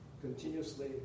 continuously